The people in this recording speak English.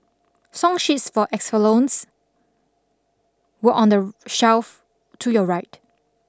song sheets for were on the shelf to your right